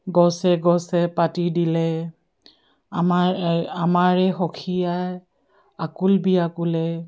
গছে গছে পাতি দিলে আমাৰ আমাৰে সখীয়া আকুল বিয়াকুলে